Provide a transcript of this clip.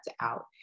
out